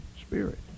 spirit